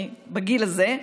אני בגיל הזה,